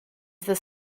this